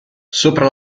sopra